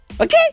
Okay